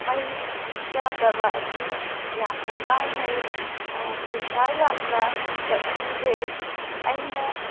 ꯃꯩ ꯆꯥꯗꯕ ꯑꯁꯤ ꯌꯥꯝꯅ ꯀꯥꯟꯅꯩ ꯄꯩꯁꯥ ꯌꯥꯝꯅ ꯆꯠꯍꯟꯗꯦ ꯑꯩꯅ